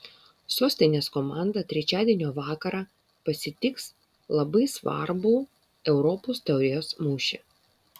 sostinės komanda trečiadienio vakarą pasitiks labai svarbų europos taurės mūšį